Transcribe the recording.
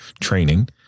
training